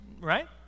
right